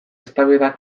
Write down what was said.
eztabaida